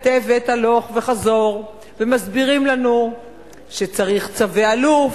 מתכתבת הלוך וחזור ומסבירים לנו שצריך צווי אלוף,